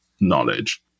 knowledge